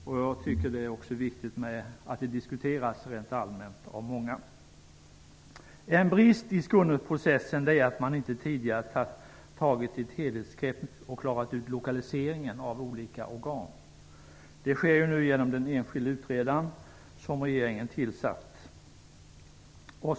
Det är också viktigt att den diskuteras rent allmänt av många. En brist i Skåneprocessen är att man inte tidigare har tagit ett helhetsgrepp och klarat ut lokaliseringen av olika organ. Det sker nu genom den särskilde utredare som regeringen har tillsatt.